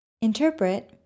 Interpret